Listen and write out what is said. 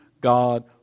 God